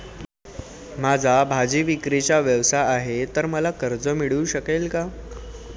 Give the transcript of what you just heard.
माझा भाजीविक्रीचा व्यवसाय आहे तर मला कर्ज मिळू शकेल का?